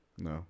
No